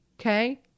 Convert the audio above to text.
Okay